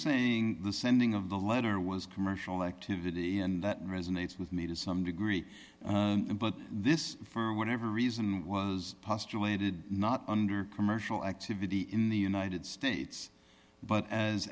saying the sending of the letter was commercial activity and that resonates with me to some degree but this for whatever reason was postulated not under commercial activity in the united states but as